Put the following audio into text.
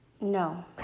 No